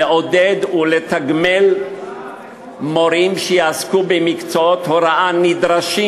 לעודד ולתגמל מורים שיעסקו במקצועות הוראה נדרשים,